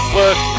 work